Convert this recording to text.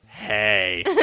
Hey